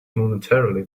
momentarily